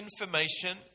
information